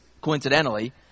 coincidentally